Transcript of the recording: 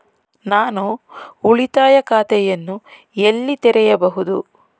ನಾನು ಉಳಿತಾಯ ಖಾತೆಯನ್ನು ಎಲ್ಲಿ ತೆರೆಯಬಹುದು?